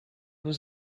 was